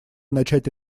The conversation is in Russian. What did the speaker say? начать